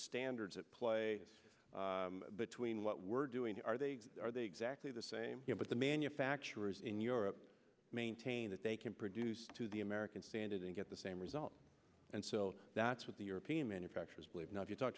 standards of play between what we're doing are they are they exactly the same here but the manufacturers in europe maintain that they can produce to the american standard and get the same result and so that's what the european manufacturers believe now if you talk